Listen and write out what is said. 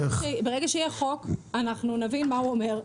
ברגע שיהיה חוק אנחנו נבין מה הוא אומר,